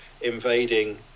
invading